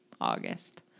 August